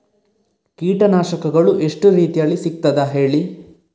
ಕೀಟನಾಶಕಗಳು ಎಷ್ಟು ರೀತಿಯಲ್ಲಿ ಸಿಗ್ತದ ಹೇಳಿ